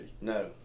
No